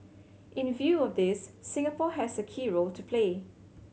in view of this Singapore has a key role to play